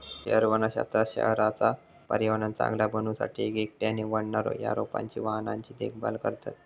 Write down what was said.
शहर वनशास्त्रात शहराचा पर्यावरण चांगला बनवू साठी एक एकट्याने वाढणा या रोपांच्या वाहनांची देखभाल करतत